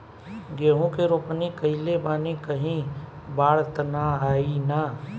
गेहूं के रोपनी कईले बानी कहीं बाढ़ त ना आई ना?